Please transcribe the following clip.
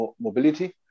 mobility